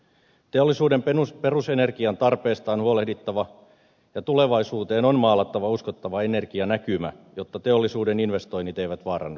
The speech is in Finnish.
teollisuuden perusenergiantarpeesta on huolehdittava ja tulevaisuuteen on maalattava uskottava energianäkymä jotta teollisuuden investoinnit suomeen eivät vaarannu